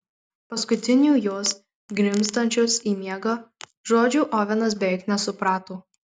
paskutinių jos grimztančios į miegą žodžių ovenas beveik nesuprato